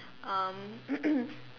um